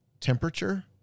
temperature